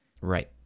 Right